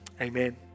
Amen